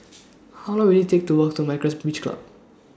How Long Will IT Take to Walk to Myra's Beach Club